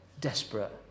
desperate